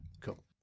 cool